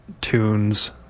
Tunes